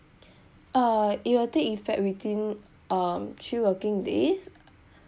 uh it will take effect within um three working days